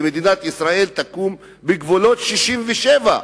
ומדינת ישראל תקום בגבולות 67',